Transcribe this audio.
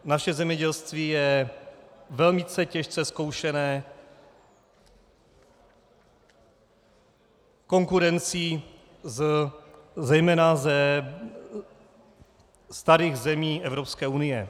Naše zemědělství je velice těžce zkoušené konkurencí zejména starých zemí Evropské unie.